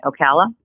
Ocala